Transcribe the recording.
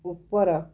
ଉପର